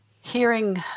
hearing